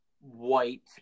white